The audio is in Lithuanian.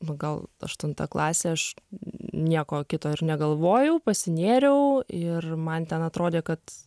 gal aštunta klasė aš nieko kito ir negalvojau pasinėriau ir man ten atrodė kad